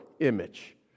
image